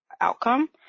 outcome